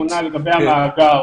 הערה האחרונה לגבי המאגר